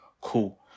Cool